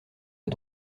les